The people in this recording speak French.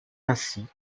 ainsi